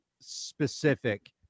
specific